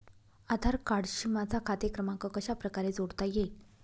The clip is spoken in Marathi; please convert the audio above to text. आधार कार्डशी माझा खाते क्रमांक कशाप्रकारे जोडता येईल?